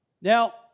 Now